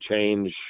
change